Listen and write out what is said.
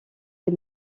des